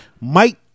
Mike